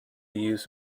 use